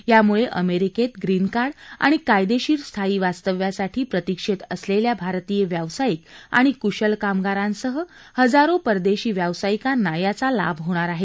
यामुळे अमेरिकेत ग्रीनकार्ड आणि कायदेशीर स्थायी वास्तव्यासाठी प्रतीक्षेत असलेल्या भारतीय व्यावसायिक आणि कुशल कामगारांसह हजारो परदेशी व्यावसायिकांना याचा लाभ होणार आहे